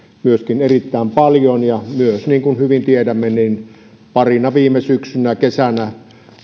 myöskin erittäin paljon ja myös niin kuin hyvin tiedämme parina viime syksynä ja kesänä